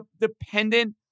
dependent